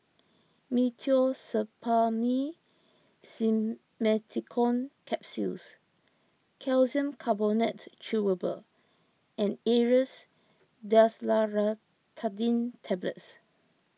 Meteospasmyl Simeticone Capsules Calcium Carbonate Chewable and Aerius Desloratadine Tablets